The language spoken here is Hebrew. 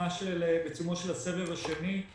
בעיצומו של הסבב השני.